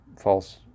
False